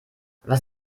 was